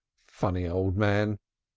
funny old man!